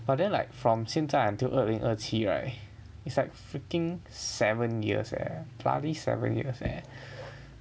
but then like from 现在 until 二零二七 right it's like freaking seven years eh bloody seven years eh